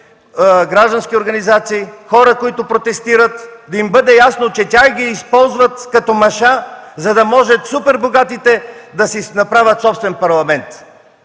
граждански организации, с хората, които протестират – да им бъде ясно, че тях ги използват като маша, за да могат супербогатите да си направят собствен Парламент!